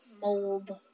Mold